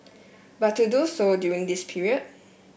but to do so during this period